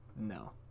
No